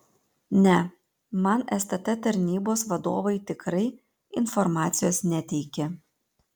ne man stt tarnybos vadovai tikrai informacijos neteikė